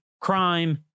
crime